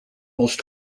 most